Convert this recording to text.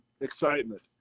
excitement